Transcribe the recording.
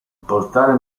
portale